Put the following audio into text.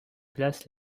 place